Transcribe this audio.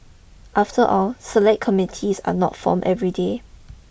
after all select committees are not formed every day